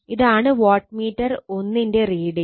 ഇതാണ് watt meter 1 ന്റെ reading